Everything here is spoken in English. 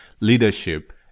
leadership